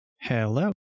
hello